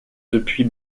depuis